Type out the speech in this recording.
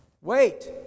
Wait